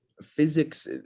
physics